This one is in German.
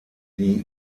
die